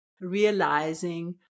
realizing